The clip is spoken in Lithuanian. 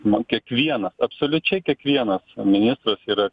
man kiekvienas absoliučiai kiekvienas ministras yra